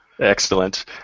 Excellent